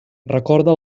recorda